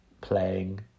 playing